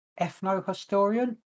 ethno-historian